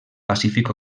pacífic